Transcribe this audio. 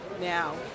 now